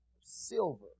silver